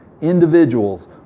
individuals